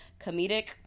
comedic